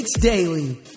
daily